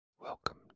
welcome